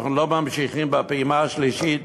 אנחנו לא ממשיכים בפעימה השלישית